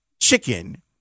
chicken